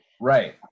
Right